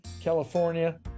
California